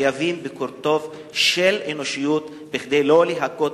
חייבים בקורטוב של אנושיות בכדי לא להכות